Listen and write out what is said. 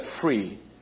free